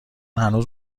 هنوز